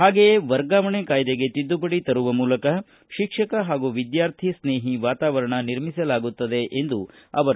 ಹಾಗೆಯೇ ವರ್ಗಾವಣೆ ಕಾಯ್ದೆಗೆ ತಿದ್ದುಪಡಿ ತರುವ ಮೂಲಕ ಶಿಕ್ಷಕ ಹಾಗೂ ವಿದ್ಯಾರ್ಥಿ ಸ್ನೇಹಿ ವಾತಾವರಣ ನಿರ್ಮಿಸಲಾಗುತ್ತದೆ ಎಂದರು